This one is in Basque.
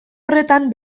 horretan